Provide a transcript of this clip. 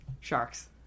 sharks